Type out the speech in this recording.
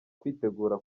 kwitegura